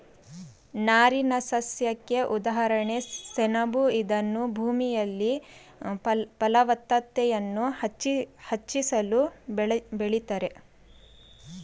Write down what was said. ನಾರಿನಸಸ್ಯಕ್ಕೆ ಉದಾಹರಣೆ ಸೆಣಬು ಇದನ್ನೂ ಭೂಮಿಯಲ್ಲಿ ಫಲವತ್ತತೆಯನ್ನು ಹೆಚ್ಚಿಸಲು ಬೆಳಿತಾರೆ